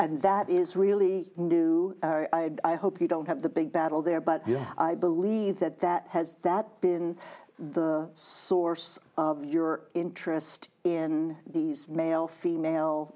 and that is really do i hope you don't have the big battle there but yeah i believe that that has that been the source of your interest in these male female